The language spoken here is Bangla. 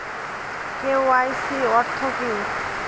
কে.ওয়াই.সি অর্থ কি?